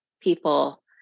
people